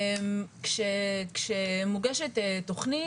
כשמוגשת תכנית,